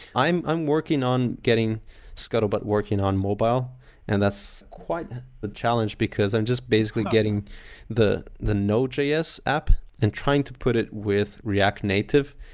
i'm i'm working on getting scuttlebutt working on mobile and that's quite a but challenge because i just basically getting the the node js app and trying to put it with react native.